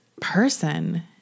person